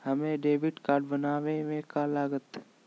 हमें debit card बनाने में का लागत?